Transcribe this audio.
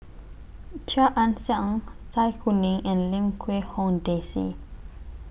Chia Ann Siang Zai Kuning and Lim Quee Hong Daisy